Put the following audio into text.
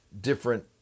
different